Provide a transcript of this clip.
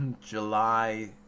July